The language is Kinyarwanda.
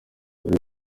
kuri